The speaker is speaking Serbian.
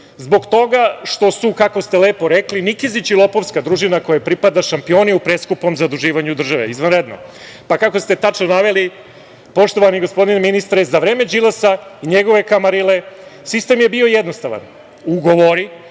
zbog toga što su kako ste lepo rekli, Nikezić i lopovska družina kojoj pripada, šampioni u preskupom zaduživanju države? Izvanredno. Pa kako ste tačno naveli, poštovani gospodine ministre - za vreme Đilasa i njegove kamarile, sistem je bio jednostavan, ugovori,